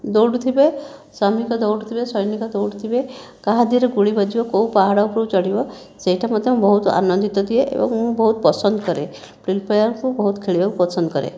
ଦୌଡ଼ୁଥିବେ ଶ୍ରମିକ ଦୌଡ଼ୁଥିବେ ସୈନିକ ଦୌଡ଼ୁଥିବେ କାହା ଦେହରେ ଗୁଳି ବାଜିବ କେଉଁ ପାହାଡ଼ ଉପରକୁ ଚଢ଼ିବ ସେଇଟା ମଧ୍ୟ ବହୁତ ଆନନ୍ଦିତ ଦିଏ ଏବଂ ମୁଁ ବହୁତ ପସନ୍ଦ କରେ ଫ୍ରି ଫାୟାର ମୁଁ ଖେଳିବାକୁ ବହୁତ ପସନ୍ଦ କରେ